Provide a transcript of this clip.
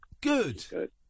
Good